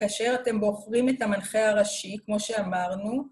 כאשר אתם בוחרים את המנחה הראשי, כמו שאמרנו.